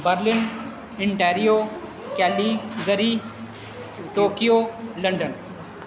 Berlin Ontario Calgary Tokyo London